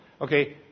Okay